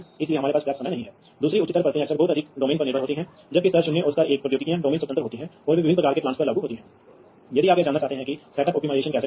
तो यह डिवाइस वास्तव में डेटा और इच्छा को स्वीकार करेगा और फिर यह डिवाइस नेटवर्क पर संचारित करेगा आप जानते हैं कि इससे पैकेट बनाना है